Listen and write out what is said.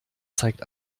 zeigt